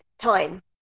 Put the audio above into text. time